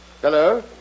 Hello